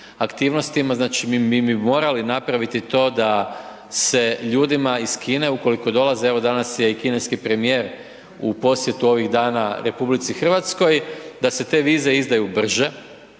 aktivnostima, znači, mi bi morali napraviti to da se ljudima iz Kine ukoliko dolaze, evo danas je i kineski premijer u posjetu ovih dana RH, da se te vize izdaju brže,